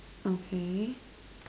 okay